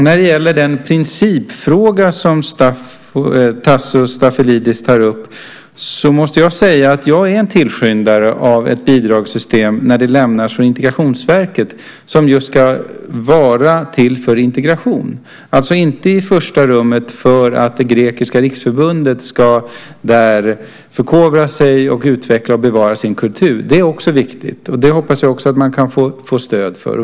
När det gäller den principfråga som Tasso Stafilidis tar upp måste jag säga att jag är en tillskyndare av ett bidragssystem för Integrationsverket som just ska vara till för integration, alltså inte i första rummet för att Grekiska Riksförbundet ska förkovra sig, utveckla och bevara sin kultur. Det är också viktigt, och det hoppas jag att man kan få stöd för.